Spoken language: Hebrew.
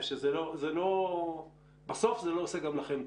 בסוף זה לא עושה גם לכם טוב.